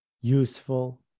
useful